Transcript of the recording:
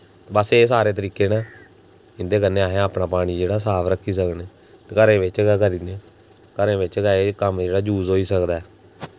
बस एह् सारे तरीके न इं'दे कन्नै अस अपना पानी जेह्ड़ा साफ रक्खी सकने घरें बिच्च गै घरें बिच्च गै कम्म जेह्ड़ा जूस होई सकदा ऐ